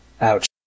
Ouch